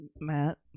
Matt